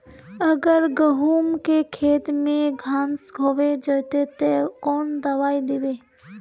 अगर गहुम के खेत में घांस होबे जयते ते कौन दबाई दबे?